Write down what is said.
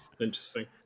Interesting